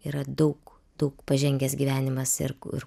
yra daug daug pažengęs gyvenimas ir kur